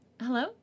Hello